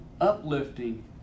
uplifting